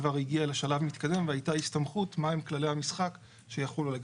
שכבר הגיעה לשלב מתקדם והייתה הסתמכות על מה הכללים שיחולו לגביה.